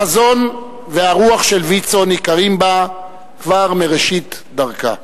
החזון והרוח של ויצו ניכרו בה כבר בראשית דרכה: